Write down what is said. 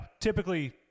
typically